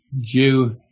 Jew